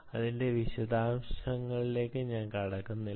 അതിന്റെ വിശദാംശങ്ങളിലേക്ക് ഞാൻ കടക്കില്ല